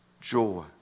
joy